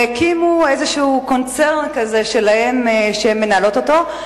והקימו איזה קונצרן כזה שלהן שהן מנהלות אותו,